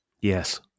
Yes